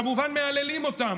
כמובן מהללים אותם,